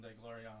glory